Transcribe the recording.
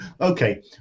Okay